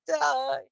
die